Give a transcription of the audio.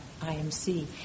IMC